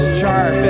sharp